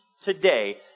today